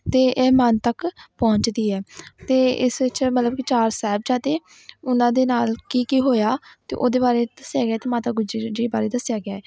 ਅਤੇ ਇਹ ਮਨ ਤੱਕ ਪਹੁੰਚਦੀ ਹੈ ਅਤੇ ਇਸ ਵਿੱਚ ਮਤਲਬ ਕਿ ਚਾਰ ਸਾਹਿਬਜ਼ਾਦੇ ਉਹਨਾਂ ਦੇ ਨਾਲ ਕੀ ਕੀ ਹੋਇਆ ਅਤੇ ਉਹਦੇ ਬਾਰੇ ਦੱਸਿਆ ਗਿਆ ਅਤੇ ਮਾਤਾ ਗੁਜਰੀ ਜੀ ਬਾਰੇ ਦੱਸਿਆ ਗਿਆ